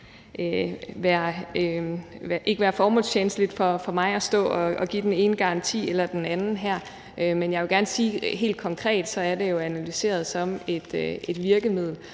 ville være formålstjenligt for mig at stå og give den ene garanti eller den anden her, men jeg vil gerne sige helt konkret, at det jo er analyseret som et virkemiddel